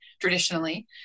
traditionally